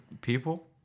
people